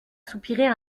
soupirer